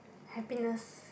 happiness